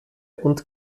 und